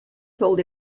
told